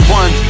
one